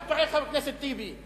אתה טועה, חבר הכנסת טיבי,